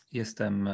jestem